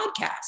podcast